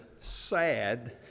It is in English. sad